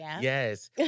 Yes